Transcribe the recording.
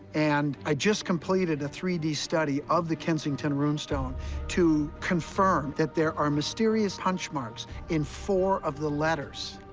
and i just completed a three d study of the kensington kensington rune stone to confirm that there are mysterious punch marks in four of the letters,